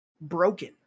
broken